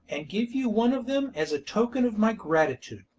and give you one of them as a token of my gratitude.